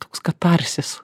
toks katarsis